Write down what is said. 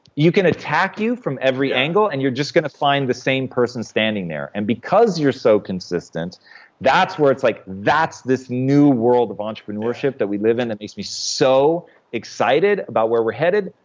you can attack you from every angle, and you're just going to find the same person standing there. and because you're so consistent that's where it's like, that's this new world of entrepreneurship that we live in that makes me so excited about where we're headed,